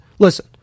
Listen